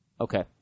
Okay